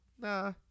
nah